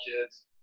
kids